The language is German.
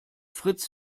fritz